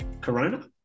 corona